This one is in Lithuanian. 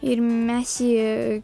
ir mes jį